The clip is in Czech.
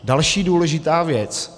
Další důležitá věc.